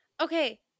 okay